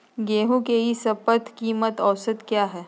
गेंहू के ई शपथ कीमत औसत क्या है?